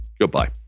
goodbye